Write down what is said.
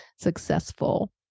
successful